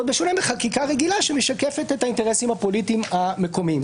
בחקיקה רגילה שמשקפת את האינטרסים הפוליטיים המקומיים.